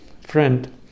friend